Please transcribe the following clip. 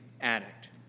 addict